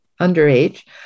underage